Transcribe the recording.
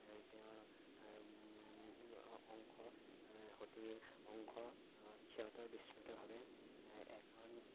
তেওঁৰ অংশ সতীৰ অংশ ক্ষত বিক্ষতভাৱে এখন